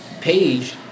Page